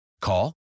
Call